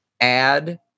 add